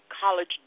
college